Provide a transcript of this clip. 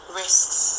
risks